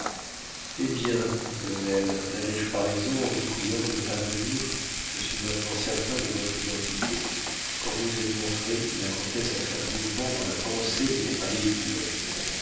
eh bien colonel n'avais-je pas raison en vous priant de ne pas venir je suis maintenant certain de votre identité quand vous vous êtes montré la comtesse a fait un mouvement dont la pensée n'était pas équivoque